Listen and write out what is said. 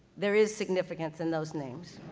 there is significance in those names.